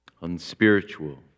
unspiritual